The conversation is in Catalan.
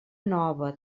nova